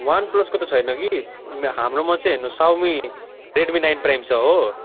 one प्लसको त छैन कि हाम्रोमा चाहिँ हेर्नुहोस् साउमी रेडमी नाइन प्राइम छ हो